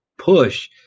Push